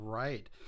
right